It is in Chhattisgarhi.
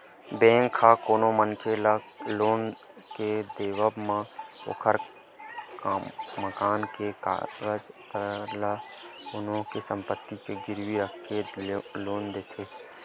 बेंक ह कोनो मनखे ल लोन के देवब म ओखर मकान के कागज पतर या कोनो भी संपत्ति ल गिरवी रखके लोन देथे